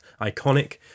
iconic